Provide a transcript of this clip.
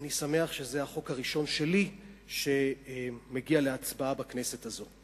ואני שמח שזה החוק הראשון שלי שמגיע להצבעה בכנסת הזאת.